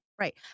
right